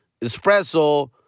espresso